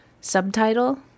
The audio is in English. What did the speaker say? Subtitle